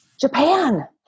Japan